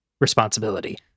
responsibility